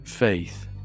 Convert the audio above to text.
Faith